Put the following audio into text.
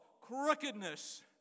Crookedness